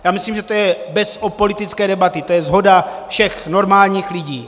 Já myslím, že to je bez politické debaty, že to je shoda všech normálních lidí.